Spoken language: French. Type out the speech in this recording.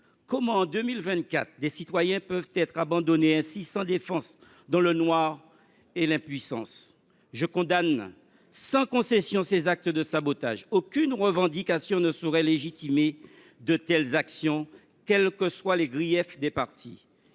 comment, en 2024, des citoyens peuvent ils être ainsi abandonnés, sans défense, dans le noir et l’impuissance ? Je condamne sans concession ces actes de sabotage. Aucune revendication ne saurait légitimer de telles actions, quels que soient les griefs des parties.